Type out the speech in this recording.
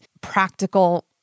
practical